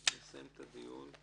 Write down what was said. נסיים את הדיון.